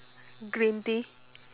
green tea